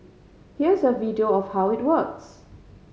here's a video of how it works